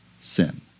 sin